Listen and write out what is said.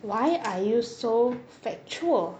why are you so factual